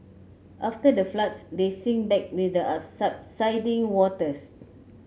after the floods they sink back with the subsiding waters